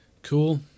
Cool